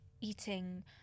eating